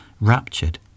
raptured